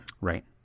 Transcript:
Right